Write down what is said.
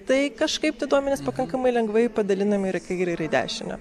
tai kažkaip tie duomenys pakankamai lengvai padalinami ir kairę ir į dešinę